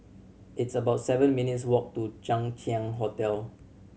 it's about seven minutes' walk to Chang Ziang Hotel